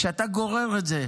כשאתה גורר את זה,